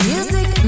Music